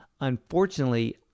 Unfortunately